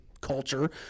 culture